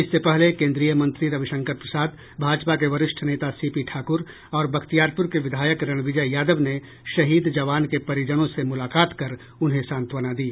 इससे पहले केन्द्रीय मंत्री रविशंकर प्रसाद भाजपा के वरिष्ठ नेता सीपी ठाकुर और बख्तियारपुर के विधायक रणविजय यादव ने शहीद जवान के परिजनों से मुलाकात कर उन्हें सांत्वना दी